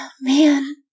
Man